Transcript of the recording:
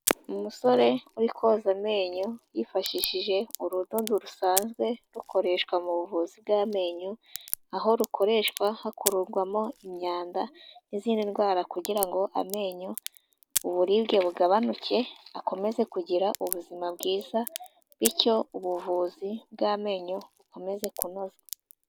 Umusore uri koza amenyo yifashishije urudodo rusanzwe rukoreshwa mu buvuzi bw'amenyo, aho rukoreshwa hakururwamo imyanda n'izindi ndwara kugira amenyo uburibwe bugabanuke, akomeze kugira ubuzima bwiza bityo ubuvuzi bw'amenyo bukomeze kunozwa.